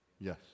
Yes